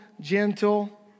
gentle